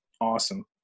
awesome